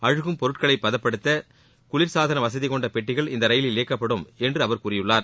அழுகும் பொருட்களை பதப்படுத்த குளிர்சாதனவசதி கொண்ட பெட்டிகள் இந்த ரயிலில் இயக்கப்படும் என்று அவர் கூறியுள்ளார்